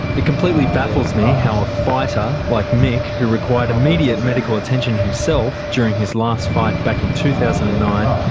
it completely baffles me how a fighter, like mick, who required immediate medical attention himself, during his last fight back in two thousand and nine,